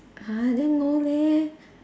uh then no leh